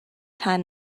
time